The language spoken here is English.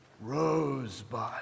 Rosebud